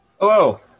Hello